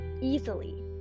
easily